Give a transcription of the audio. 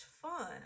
fun